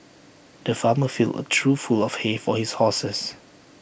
the farmer filled A trough full of hay for his horses